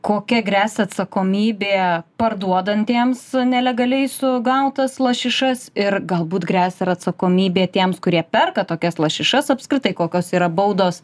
kokia gresia atsakomybė parduodantiems nelegaliai sugautas lašišas ir galbūt gresia ir atsakomybė tiems kurie perka tokias lašišas apskritai kokios yra baudos